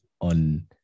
on